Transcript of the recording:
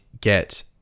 get